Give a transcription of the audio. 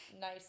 nice